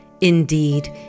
Indeed